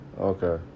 Okay